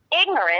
ignorant